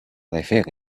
رفیق